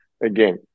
again